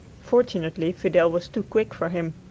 fortunately fidel was too quick for him.